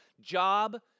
job